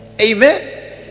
amen